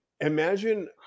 Imagine